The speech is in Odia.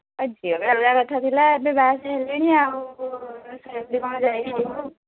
ଝିଅ ବେଳେ ଅଲଗା କଥା ଥିଲା ଏବେ ବାହା ସାହା ହେଲିଣି ଆଉ ସେମତି କ'ଣ ଯାଇ ହେବ